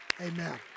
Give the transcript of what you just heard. Amen